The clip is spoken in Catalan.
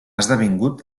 esdevingut